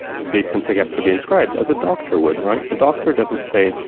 they simply have to be inscribed, as a doctor would, right? a doctor doesn't say,